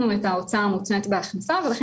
כרגע